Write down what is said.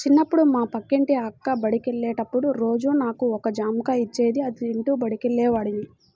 చిన్నప్పుడు మా పక్కింటి అక్క బడికెళ్ళేటప్పుడు రోజూ నాకు ఒక జాంకాయ ఇచ్చేది, అది తింటూ బడికెళ్ళేవాడ్ని